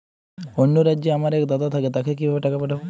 অন্য রাজ্যে আমার এক দাদা থাকে তাকে কিভাবে টাকা পাঠাবো?